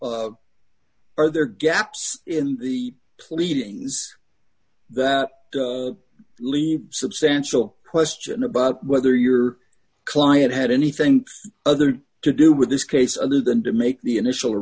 counsel are there gaps in the pleadings that leave substantial question about whether your client had anything other to do with this case other than to make the initial